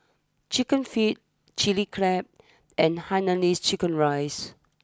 Chicken Feet Chili Crab and Hainanese Chicken Rice